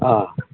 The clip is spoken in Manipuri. ꯑꯥ